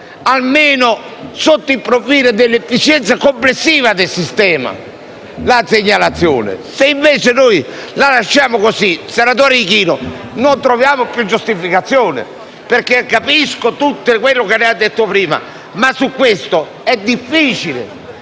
almeno sotto il profilo dell'efficienza complessiva del sistema, la segnalazione. Se invece lasciamo la norma così com'è, senatore Ichino, non troviamo più giustificazione. Capisco tutto quello che lei ha detto prima, ma è difficile